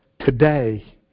today